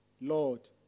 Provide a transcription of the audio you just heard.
Lord